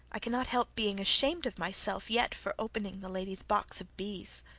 i cannot help being ashamed of myself yet for opening the lady's box of bees.